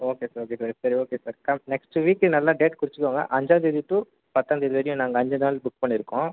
okay sir okay sir சரி okay sir come next week நல்லா date குறிச்சிக்கோங்க ஐஞ்சாம் தேதி டூ பத்தாம் தேதி வரையும் நாங்கள் அஞ்சு நாள் புக் பண்ணிருக்கோம்